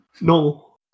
No